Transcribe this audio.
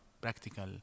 practical